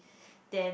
then